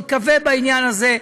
תיכווה בעניין הזה,